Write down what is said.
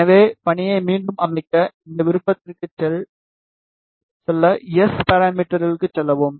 எனவே பணியை மீண்டும் அமைக்க இந்த விருப்பத்திற்குச் செல்ல எஸ் பாராமீட்டர்க்குச் செல்லவும்